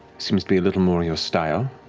seems to be a little more your style.